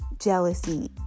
jealousy